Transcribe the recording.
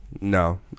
No